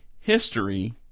history